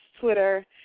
Twitter